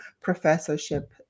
professorship